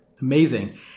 Amazing